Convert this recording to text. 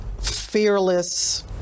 fearless